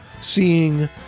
seeing